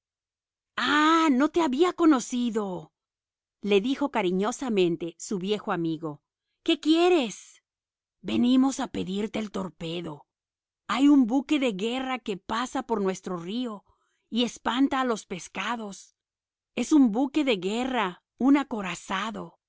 ah no te había conocido le dijo cariñosamente a su viejo amigo qué quieres venimos a pedirte el torpedo hay un buque de guerra que pasa por nuestro río y espanta a los peces es un buque de guerra un acorazado